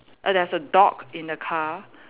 err there's a dog in the car